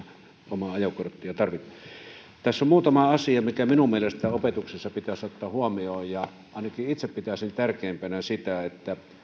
omaa ajokorttia tarvitaan tässä on muutama asia mikä minun mielestäni opetuksessa pitäisi ottaa huomioon ainakin itse pitäisin tärkeimpänä sitä että